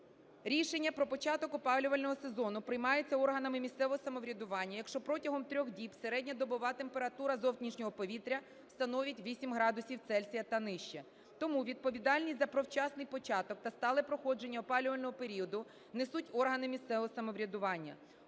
Рішення про початок опалювального сезону приймаються органами місцевого самоврядування, якщо протягом 3 діб середньодобова температура зовнішнього повітря становить 8 градусів Цельсія та нижче. Тому відповідальність за… про вчасний початок та стале проходження опалювального періоду несуть органи місцевого самоврядування.